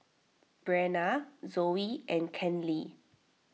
Brenna Zoey and Kenley